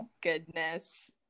goodness